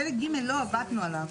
פרק ג' לא עבדנו עליו.